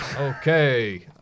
okay